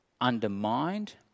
undermined